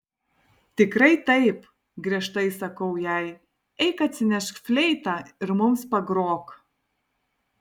tikrai taip griežtai sakau jai eik atsinešk fleitą ir mums pagrok